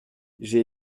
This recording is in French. j’ai